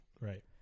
Right